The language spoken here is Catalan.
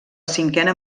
cinquena